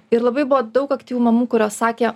ir labai buvo daug aktyvių mamų kurios sakė